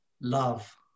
Love